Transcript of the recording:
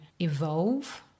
evolve